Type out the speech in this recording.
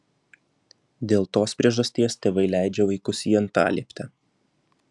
dėl tos priežasties tėvai leidžia vaikus į antalieptę